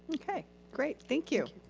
okay, great. thank you.